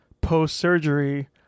post-surgery